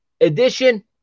edition